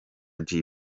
jay